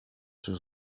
sur